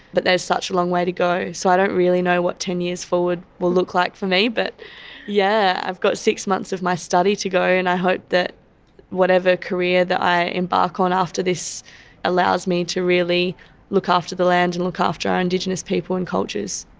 but there is such a long way to go. so i don't really know what ten years forward will look like for me. but yeah i've i've got six months of my study to go and i hope that whatever career that i embark on after this allows me to really look after the land and look after our indigenous people and cultures.